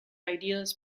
ideas